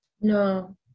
No